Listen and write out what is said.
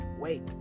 wait